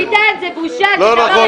זו בושה.